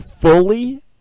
fully